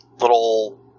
little